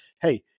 Hey